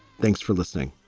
thanks for listening